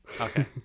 Okay